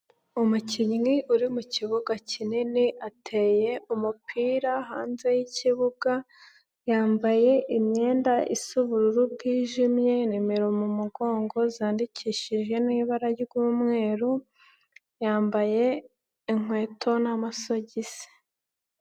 Umukinnyi uri mu kibuga kinini, ateye umupira hanze y'ikibuga, yambaye imyenda isa ubururu bwijimye, nimero mu mugongo, zandikishije n'ibara ry'umweru, yambaye inkweto n'amasogisi.